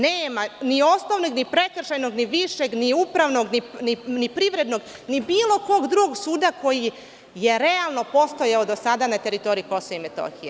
Nema ni osnovnog, ni prekršajnog, ni višeg, ni upravnog, ni privrednog, ni bilo kog drugog suda koji je realno postojao do sada na teritoriji KiM.